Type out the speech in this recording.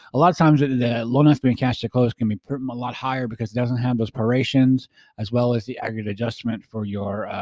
a lot of times the loans being cash to close can be a lot higher because it doesn't have those perations as well as the accurate adjustment for your